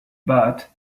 but